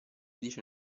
dice